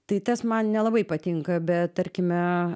tai tas man nelabai patinka bet tarkime